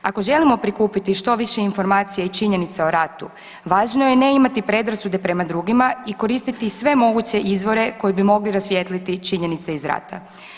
Ako želimo prikupiti što više informacija i činjenica o ratu, važno je ne imati predrasude prema drugima i koristiti sve moguće izvore koji bi mogli rasvijetliti činjenice iz rata.